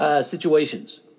situations